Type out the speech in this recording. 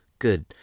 Good